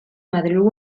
madrilgo